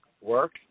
work